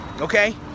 okay